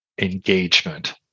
engagement